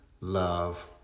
love